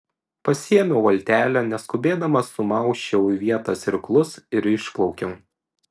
pasiėmiau valtelę neskubėdama sumausčiau į vietas irklus ir išplaukiau